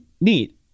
neat